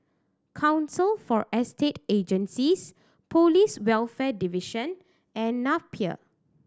Council for Estate Agencies Police Welfare Division and Napier